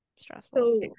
stressful